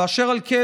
ואשר על כן,